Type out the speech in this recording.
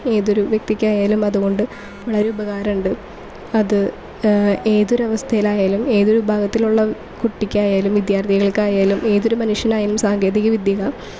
ഏതൊരു വ്യക്തിക്കായാലും അത് കൊണ്ട് വളരെ ഉപകരമുണ്ട് അത് ഏതൊരു അവസ്ഥയിലായാലും ഏതൊരു വിഭാഗത്തിലുള്ള കുട്ടിക്കായാലും വിദ്യാർഥികൾക്കായാലും ഏതൊരു മനുഷ്യനായാലും സാങ്കേതിക വിദ്യ